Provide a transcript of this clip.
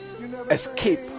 escape